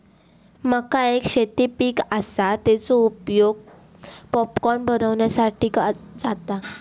मका एक शेती पीक आसा, तेचो उपयोग पॉपकॉर्न बनवच्यासाठी जाता